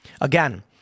Again